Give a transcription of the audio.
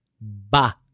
ba